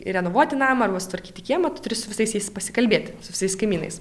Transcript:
ir renovuoti namą arba sutvarkyti kiemą tu turi su visais jais pasikalbėt su visais kaimynais